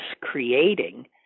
creating